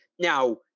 Now